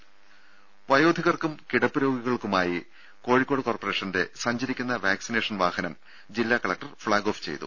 ദ്ദേ വയോധികർക്കും കിടപ്പുരോഗികൾക്കുമായി കോഴിക്കോട് കോർപ്പറേഷന്റെ സഞ്ചരിക്കുന്ന വാക്സിനേഷൻ വാഹനം ജില്ലാ കലക്ടർ ഫ്ളാഗ്ഓഫ് ചെയ്തു